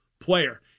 player